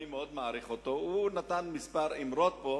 ואני מאוד מעריך, הוא נתן כמה אמרות פה,